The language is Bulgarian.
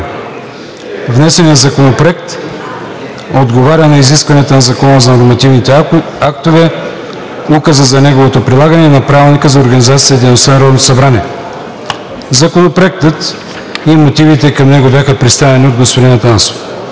Внесеният законопроект отговаря на изискванията на Закона за нормативните актове, Указа за неговото прилагане и на Правилника за организацията и дейността на Народното събрание. Законопроектът и мотивите към него бяха представени от господин Атанасов.